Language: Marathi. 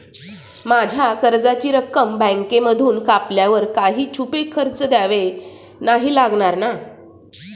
माझ्या कर्जाची रक्कम बँकेमधून कापल्यावर काही छुपे खर्च द्यावे नाही लागणार ना?